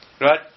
right